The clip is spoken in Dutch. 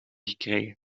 gekregen